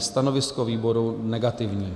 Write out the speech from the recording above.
Stanovisko výboru negativní.